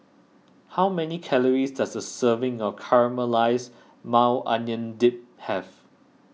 how many calories does a serving of Caramelized Maui Onion Dip have